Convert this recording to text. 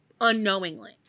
Unknowingly